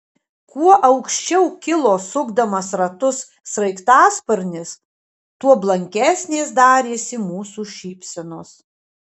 kuo aukščiau kilo sukdamas ratus sraigtasparnis tuo blankesnės darėsi mūsų šypsenos